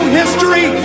history